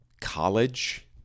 college